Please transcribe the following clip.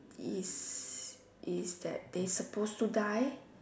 is is that they suppose to die